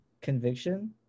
Conviction